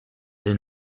den